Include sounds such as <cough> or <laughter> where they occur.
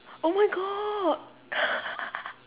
oh my god <laughs>